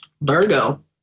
Virgo